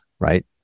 right